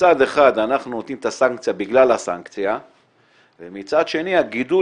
שמצד אחד אנחנו נותנים את הסנקציה בגלל הסנקציה ומצד השני הגידול